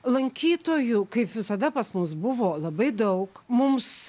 lankytojų kaip visada pas mus buvo labai daug mums